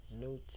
Note